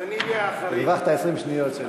הרווחת 20 שניות.